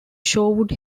shorewood